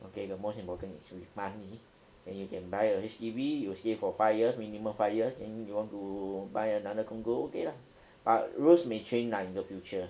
okay the most important is with money and you can buy a H_D_B you stay for five years minimum five years then you want to buy another condo okay lah but rules may change lah in the future